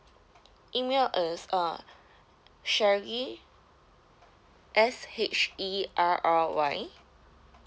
email is uh sherry S H E R R Y